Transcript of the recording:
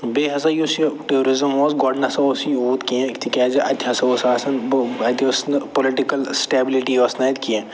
بیٚیہِ ہسا یُس یہِ ٹوٗرِزٕم اوس گۄڈٕ نہ سہ اوس یہِ یوٗت کیٚنہہ تِکیٛازِ اَتہِ ہسا اوس آسان بہٕ اَتہِ ٲس نہٕ پُلِٹِکَل سِٹیبلٕٹی ٲس نہٕ اَتہِ کیٚنہہ